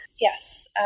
Yes